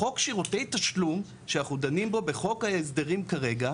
חוק שירותי תשלום שאנחנו דנים בו בחוק ההסדרים כרגע,